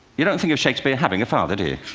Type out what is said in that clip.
you don't think of shakespeare having a father, do you?